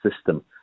system